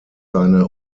seine